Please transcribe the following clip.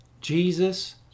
Jesus